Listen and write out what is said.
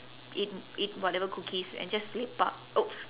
eat eat whatever cookies and just lepak !oops!